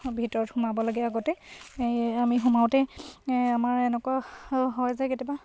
ভিতৰত সোমাব লাগে আগতে এই আমি সোমাওঁতে আমাৰ এনেকুৱা হয় যে কেতিয়াবা